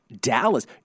Dallas